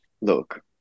Look